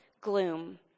gloom